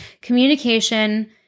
Communication